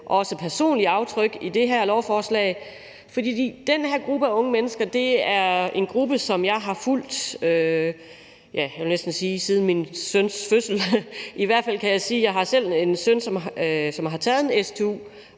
også personlige, aftryk i det her lovforslag. For den her gruppe af unge mennesker er en gruppe, som jeg har fulgt, jeg vil næsten sige siden min søns fødsel; i hvert fald kan jeg sige, at jeg selv har en søn, som har taget en